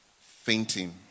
fainting